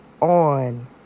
on